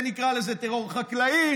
נקרא לזה טרור חקלאי,